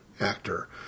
actor